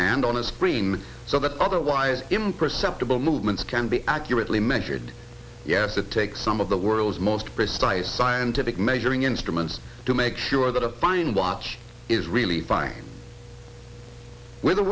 hand on a screen so that otherwise imperceptible movements can be accurately measured yes it takes some of the world's most precise scientific measuring instruments to make sure that a fine watch is really fine w